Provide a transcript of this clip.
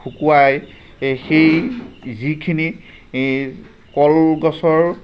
শুকোৱাই সেই যিখিনি এই কলগছৰ